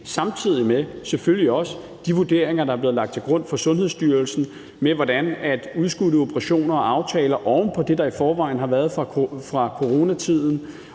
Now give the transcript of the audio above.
også de vurderinger, der er blevet lagt til grund fra Sundhedsstyrelsens side, nemlig udskudte operationer og aftaler oven på det, der i forvejen har været fra coronatiden,